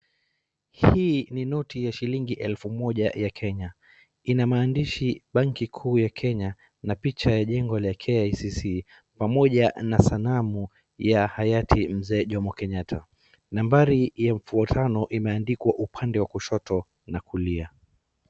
Hii ni noti ya shilingi elfu moja ya Kenya. Ina maandishi banki kuu ya Kenya na picha ya jengo la KICC pamoja na sanamu ya hayati mzee Jomo Kenyatta. Nambari ya mfuatano imeandikwa upande wa kushoto na kulia.